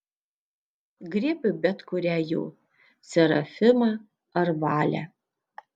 griebk bet kurią jų serafimą ar valę